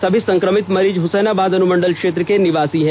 सभी संक्रमित मरीज हुसैनाबाद अनुमंडल क्षेत्र के निवासी हैं